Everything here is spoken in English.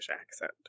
accent